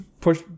push